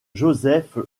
joseph